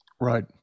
Right